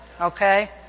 Okay